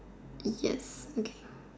is yes okay